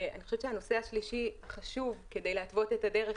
והנושא השלישי החשוב כדי להתוות את הדרך